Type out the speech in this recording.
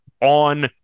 on